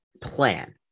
plan